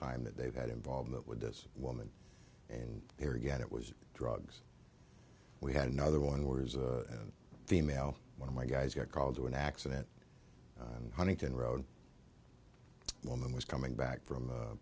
time that they've had involvement with this woman and here again it was drugs we had another one was a female one of my guys got called to an accident and huntington road woman was coming back from a